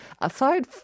aside